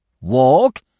Walk